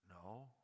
No